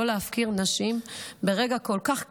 לא להפקיר נשים ברגע כל כך קשה,